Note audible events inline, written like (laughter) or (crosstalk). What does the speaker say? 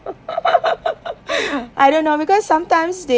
(laughs) I don't know because sometimes